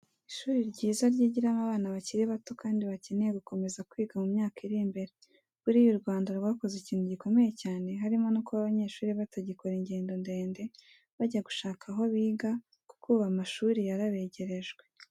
Ishuri ryiza ryigiramo abana bakiri bato kandi bakeneye gukomeza kwiga mu myaka iri imbere, buriya u Rwanda rwakoze ikintu gikomeye cyane harimo no kuba abanyeshuri batagikora ingendo ndende bajya gushaka aho biga kuko ubu amashuri yarabegerejwe.